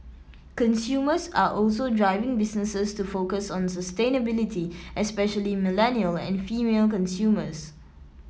consumers are also driving businesses to focus on sustainability especially millennial and female consumers